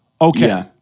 Okay